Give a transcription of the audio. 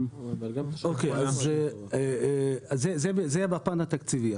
אז זה בפן התקציבי.